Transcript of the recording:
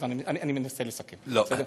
אני מנסה לסכם, בסדר?